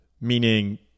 meaning